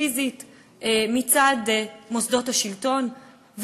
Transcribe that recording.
פיזית מצד מוסדות השלטון,